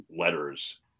letters